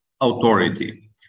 authority